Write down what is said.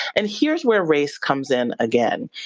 and here's where race comes in, again.